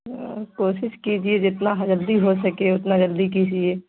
کوشش کیجیے جتنا جلدی ہو سکے اتنا جلدی کیجیے